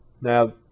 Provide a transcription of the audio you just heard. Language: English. Now